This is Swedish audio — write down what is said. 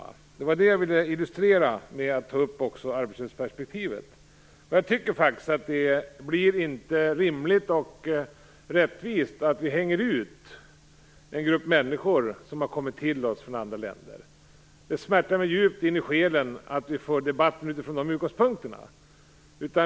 Det var det jag ville illustrera med att ta upp också arbeslöshetsperspektivet. Det är inte rimligt och rättvist att hänga ut en grupp människor som har kommit till oss från andra länder. Det smärtar mig djupt in i själen att vi för debatten från de utgångspunkterna.